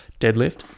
deadlift